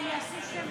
ההסתייגות 2019